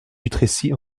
dutrécy